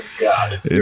God